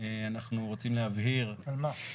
על מה?